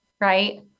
right